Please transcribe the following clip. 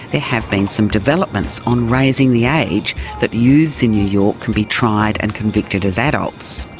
there have been some developments on raising the age that youths in new york can be tried and convicted as adults.